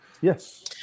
Yes